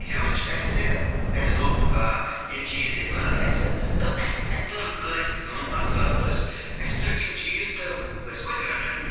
ہیٛوچھ اسہِ اسہِ دوٚپ ٲں یِم چیٖزٔے بَنَن اسہِ تہٕ اسہِ اَکہِ دۄہ کٔر اسہِ کٲم آتھوار ٲس اسہِ رٔٹۍ یِم چیٖز تہٕ أسۍ ؤتھۍ گاڈٕ رَٹنہِ